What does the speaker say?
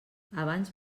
abans